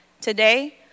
Today